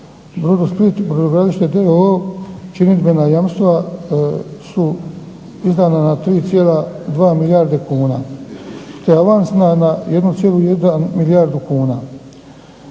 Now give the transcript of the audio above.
brodogradilište d.o.o. činidbena jamstva su izdana na 3,2 milijarde kuna te avans na 1,1 milijardu kuna,